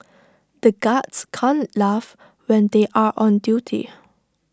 the guards can't laugh when they are on duty